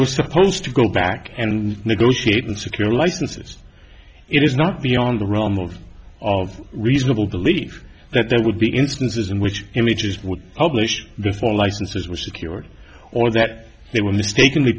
were supposed to go back and negotiate and secure licenses it is not beyond the realm of of reasonable belief that there would be instances in which images would publish before licenses were secured or that they were mistakenly